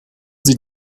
sie